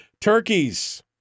Turkeys